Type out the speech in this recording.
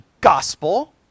gospel